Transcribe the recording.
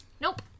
Nope